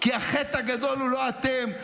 כי החטא הגדול הוא לא אתם,